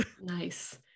nice